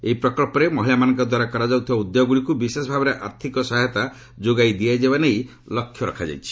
ଏହି ପ୍ରକଳ୍ପରେ ମହିଳାମାନଙ୍କ ଦ୍ୱାରା କରାଯାଉଥିବା ଉଦ୍ୟୋଗଗୁଡ଼ିକୁ ବିଶେଷ ଭାବରେ ଆର୍ଥିକ ସହାୟତା ଯୋଗାଇ ଦିଆଯିବ ନେଇ ଲକ୍ଷ୍ୟ ରଖା ଯାଇଛି